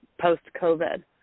post-COVID